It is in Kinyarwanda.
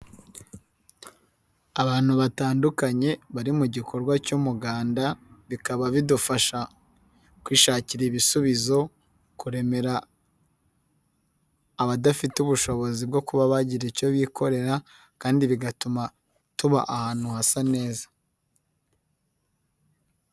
Abantu batandukanye bari mu gikorwa cy'umuganda, bikaba bidufasha kwishakira ibisubizo, kuremera abadafite ubushobozi bwo kuba bagira icyo bikorera kandi bigatuma tuba ahantu hasa neza.